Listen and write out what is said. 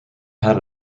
had